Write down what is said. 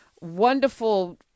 wonderful